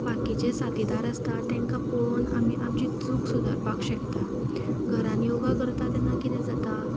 बाकीचे साथिदार आसता तेंकां पळोवन आमी आमची चूक सुदारपाक शकतात घरान योगा करता तेन्ना कितें जाता